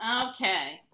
okay